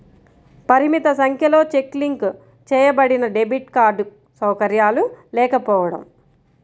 పరిమిత సంఖ్యలో cheque link చేయబడినడెబిట్ కార్డ్ సౌకర్యాలు లేకపోవడం